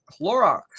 clorox